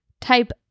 type